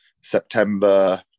September